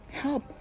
help